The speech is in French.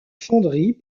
fonderie